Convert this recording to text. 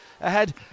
ahead